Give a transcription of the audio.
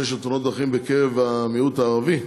של תאונות דרכים בקרב המיעוט הערבי,